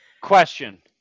Question